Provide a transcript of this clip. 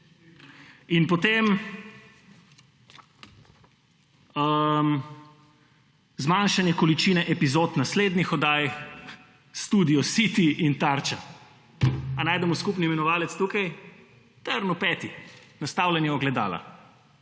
In potem zmanjšanje količine epizod naslednjih oddaj, Studio City in Tarča. Ali najdemo skupni imenovalec tukaj? Trn v peti. Nastavljanje ogledala.